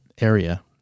area